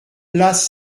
place